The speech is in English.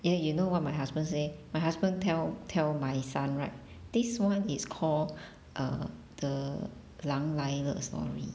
ya you know what my husband say my husband tell tell my son right this [one] it's called err the 狼来的 story